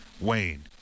Wayne